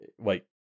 wait